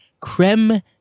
creme